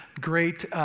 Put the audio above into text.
great